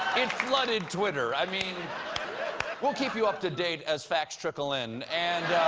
it flooded twitter. i mean we'll keep you updated as facts trickle in. and